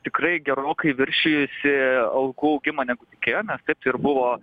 tikrai gerokai viršijusį algų augimą negu tikėjomės taip tai ir buvo